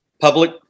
public